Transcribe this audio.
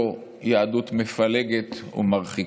לא יהדות מפלגת ומרחיקה.